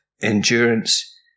endurance